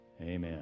Amen